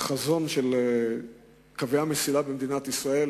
בחזון של קווי המסילה במדינת ישראל